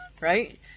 Right